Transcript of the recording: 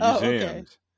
museums